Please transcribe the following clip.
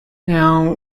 now